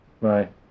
Right